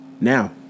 now